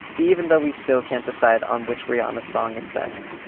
even though we still can't decide on which rihanna song is best